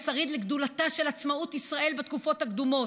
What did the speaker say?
השריד לגדולתה של עצמאות ישראל בתקופות הקדומות,